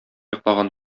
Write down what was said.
йоклаган